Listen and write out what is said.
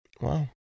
Wow